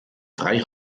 frei